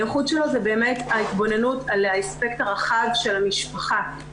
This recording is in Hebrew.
הייחוד שלו זה באמת ההתבוננות על האספקט הרחב של המשפחה,